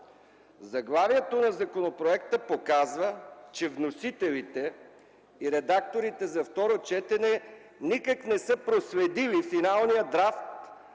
Заглавието на законопроекта показва, че вносителите и редакторите за второ четене никак не са проследили финалния драфт